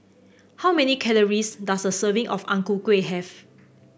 how many calories does a serving of Ang Ku Kueh have